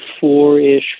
four-ish